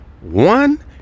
one